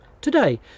Today